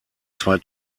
zwei